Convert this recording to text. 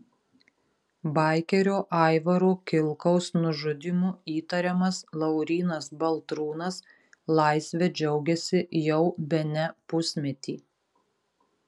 baikerio aivaro kilkaus nužudymu įtariamas laurynas baltrūnas laisve džiaugiasi jau bene pusmetį